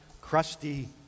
crusty